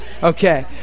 okay